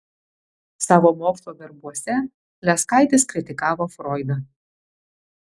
savo mokslo darbuose leskaitis kritikavo froidą